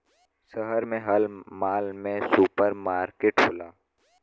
शहर में हर माल में सुपर मार्किट होला